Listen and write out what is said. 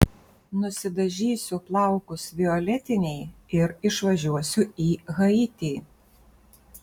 nusidažysiu plaukus violetiniai ir išvažiuosiu į haitį